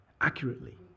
Accurately